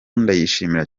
ndayishimira